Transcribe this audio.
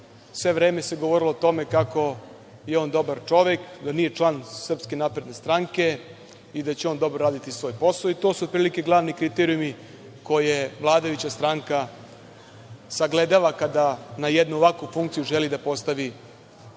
sve vreme se govorilo o tome kako je on dobar čovek, da nije član SNS i da će on dobro raditi svoj posao, i to su otprilike, glavni kriterijumu koje vladajuća stanka sagledava kada na jednu ovakvu funkciju želi da postavi